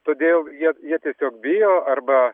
todėl jie jie tiesiog bijo arba